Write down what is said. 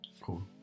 Cool